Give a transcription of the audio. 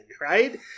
right